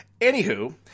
Anywho